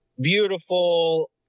beautiful